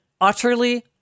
utterly